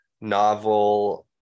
novel